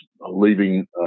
leaving